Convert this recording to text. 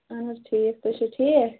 اَہَن حظ ٹھیٖک تُہۍ چھِو ٹھیٖک